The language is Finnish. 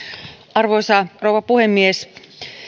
arvoisa rouva puhemies